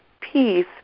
peace